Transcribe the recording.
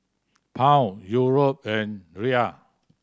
Pound Euro and Riel